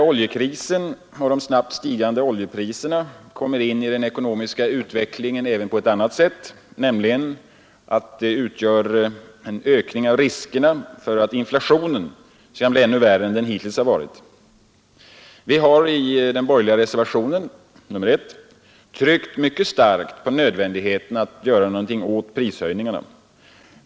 Oljekrisen och de snabbt stigande oljepriserna kommer in i den ekonomiska utvecklingen även på ett annat sätt, nämligen genom att öka riskerna för att inflationen skall bli ännu värre än vad den hittills har varit. Vi har i den borgerliga reservationen nr 1 tryckt mycket starkt på nödvändigheten av att göra någonting åt prishöjningarna.